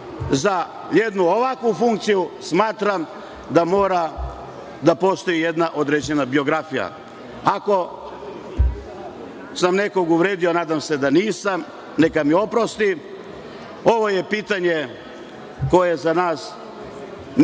za jednu ovakvu funkciju smatram da mora da postoji jedna određena biografija. Ako sam nekog uvredio, a nadam se da nisam, neka mi oprosti. Ovo je pitanje koje za nas nije